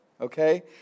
Okay